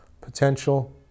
potential